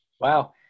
Wow